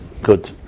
Good